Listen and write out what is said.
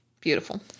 Beautiful